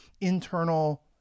internal